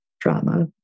trauma